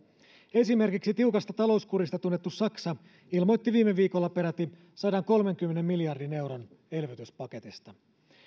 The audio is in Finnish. esimerkiksi tiukasta talouskurista tunnettu saksa ilmoitti viime viikolla peräti sadankolmenkymmenen miljardin euron elvytyspaketista